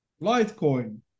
Litecoin